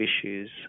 issues